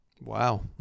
wow